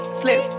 slip